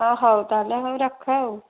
ହଁ ହେଉ ତାହେଲେ ମୁଁ ରଖେ ଆଉ